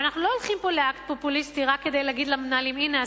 אבל אנחנו לא הולכים פה לאקט פופוליסטי רק כדי להגיד למנהלים: הנה,